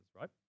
right